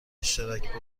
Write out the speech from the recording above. اشتراک